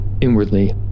Inwardly